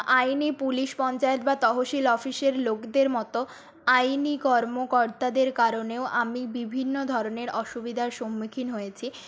আইনি পুলিশ পঞ্চায়েত বা তহশিল অফিসের লোকদের মতো আইনি কর্মকর্তাদের কারণেও আমি বিভিন্ন ধরনের অসুবিধার সম্মুখীন হয়েছি